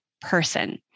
person